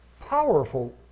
Powerful